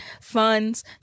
funds